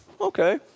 okay